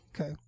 Okay